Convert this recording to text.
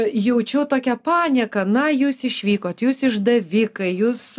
jaučiau tokią panieką na jūs išvykot jūs išdavikai jūs